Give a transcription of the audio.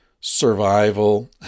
survival